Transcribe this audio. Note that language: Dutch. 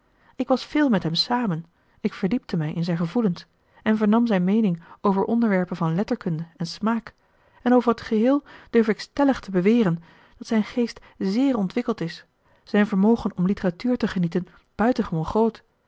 ik was veel met hem samen ik verdiepte mij in zijn gevoelens en vernam zijn meening over onderwerpen van letterkunde en smaak en over t geheel durf ik stellig te beweren dat zijn geest zeer ontwikkeld is zijn vermogen om literatuur te genieten buitengewoon groot